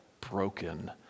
broken